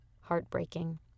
heartbreaking